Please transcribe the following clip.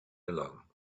along